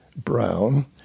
brown